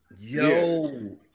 Yo